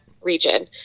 region